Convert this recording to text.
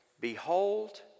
Behold